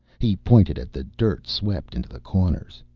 he pointed at the dirt swept into the corners.